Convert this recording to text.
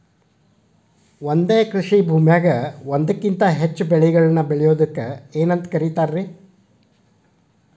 ಒಂದೇ ಕೃಷಿ ಭೂಮಿಯಾಗ ಒಂದಕ್ಕಿಂತ ಹೆಚ್ಚು ಬೆಳೆಗಳನ್ನ ಬೆಳೆಯುವುದಕ್ಕ ಏನಂತ ಕರಿತಾರಿ?